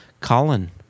Colin